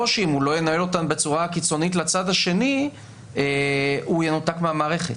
או שאם הוא לא ינהל אותם בצורה קיצונית לצד השני הוא ינותק מהמערכת,